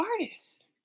artists